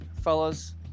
Fellas